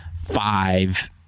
five